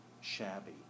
shabby